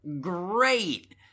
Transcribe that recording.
great